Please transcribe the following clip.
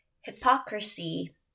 hypocrisy